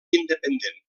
independent